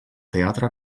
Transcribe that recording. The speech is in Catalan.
teatre